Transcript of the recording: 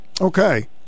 Okay